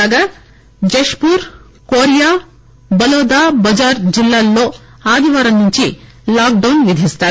కాగా జష్ పూర్ కోరియా బలోదా బజార్ జిల్లాల్లో ఆదివారం నుంచి లాక్ డౌన్ విధిస్తారు